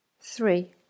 Three